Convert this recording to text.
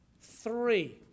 Three